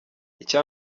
icya